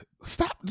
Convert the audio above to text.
stop